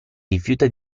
rifiuta